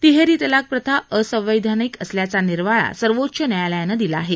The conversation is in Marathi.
तिहेरी तलाक प्रथा असंवैधानिक असल्याचा निर्वाळा सर्वोच्च न्यायालयानंही दिला आहे